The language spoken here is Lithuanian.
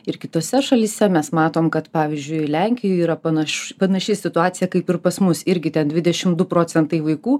ir kitose šalyse mes matom kad pavyzdžiui lenkijoj yra panaš panaši situacija kaip ir pas mus irgi ten dvidešim du procentai vaikų